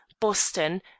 boston